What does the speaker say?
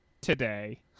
today